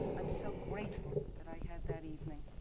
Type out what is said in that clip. i'm so grateful that i had that evening.